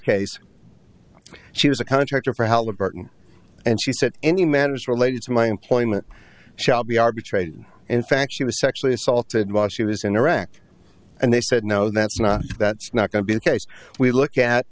case she was a contractor for heller burton and she said any matters related to my employment shall be arbitrated in fact she was sexually assaulted while she was in iraq and they said no that's not that's not going to be the case we look at